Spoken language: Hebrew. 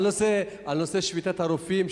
על נושא שביתת הרופאים,